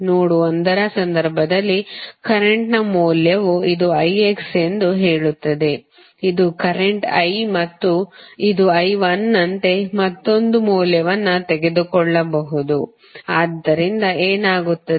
ನೋಡ್ ಒಂದರ ಸಂದರ್ಭದಲ್ಲಿ ಕರೆಂಟ್ ನ ಮೌಲ್ಯವು ಇದು ix ಎಂದು ಹೇಳುತ್ತದೆ ಇದು ಕರೆಂಟ್ I ಮತ್ತು ಇದು I1 ನಂತೆ ಮತ್ತೊಂದು ಮೌಲ್ಯವನ್ನು ತೆಗೆದುಕೊಳ್ಳಬಹುದು ಆದ್ದರಿಂದ ಏನಾಗುತ್ತದೆ